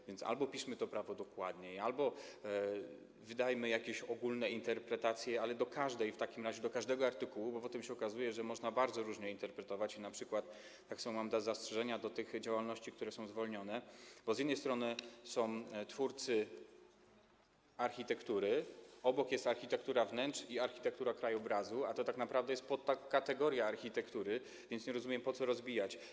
A więc albo piszmy to prawo dokładniej, albo wydajmy jakieś ogólne interpretacje, ale w takim razie do każdego artykułu, bo potem okazuje się, że można bardzo różnie interpretować, i np. są zastrzeżenia do tych działalności, które są zwolnione, bo z jednej strony są twórcy architektury, obok jest architektura wnętrz i architektura krajobrazu, a to tak naprawdę jest podkategoria architektury, więc nie rozumiem, po co to rozbijać.